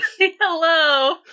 Hello